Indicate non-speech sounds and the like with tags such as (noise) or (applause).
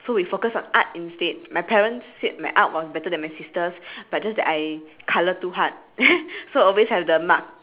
so we focus on art instead my parents said my art was better than my sister's but just that I colour too hard (laughs) so always have the mark